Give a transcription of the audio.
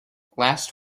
last